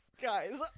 Guys